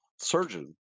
surgeon